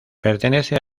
pertenece